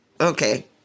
okay